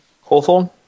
Hawthorne